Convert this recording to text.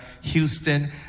Houston